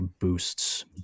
boosts